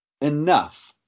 enough